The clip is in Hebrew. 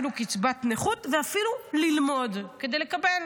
אפילו קצבת נכות ואפילו ללמוד כדי לקבל.